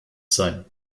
sein